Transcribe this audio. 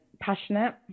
Passionate